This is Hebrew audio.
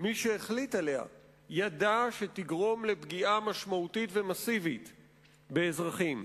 מי שהחליט עליה ידע שתגרום לפגיעה משמעותית ומסיבית באזרחים.